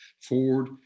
Ford